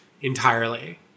entirely